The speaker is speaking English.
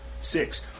six